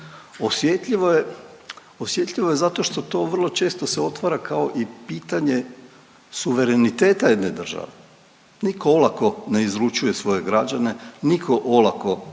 Osjetljivo je zato što to vrlo često se otvara kao i pitanje suvereniteta jedne države. Niko olako ne izručuje svoje građane, niko olako